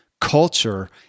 culture